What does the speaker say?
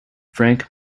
frank